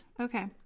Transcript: Okay